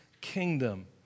kingdom